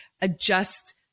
adjust